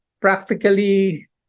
practically